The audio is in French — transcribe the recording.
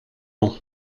ans